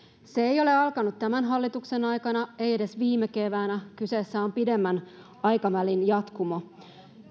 se ei ole alkanut tämän hallituksen aikana ei edes viime keväänä kyseessä on pidemmän aikavälin jatkumo